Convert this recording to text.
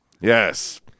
yes